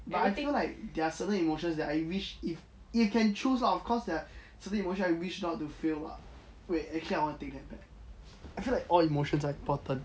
so like there are certain emotions that I wish if you can choose lah of course lah there are certain emotions I wish not to feel lah wait actually I want to take that back actually all emotions are important